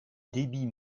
débit